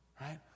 Right